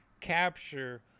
capture